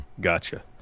Gotcha